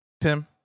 Tim